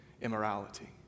immorality